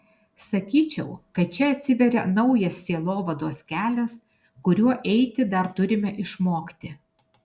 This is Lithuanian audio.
sakyčiau kad čia atsiveria naujas sielovados kelias kuriuo eiti dar turime išmokti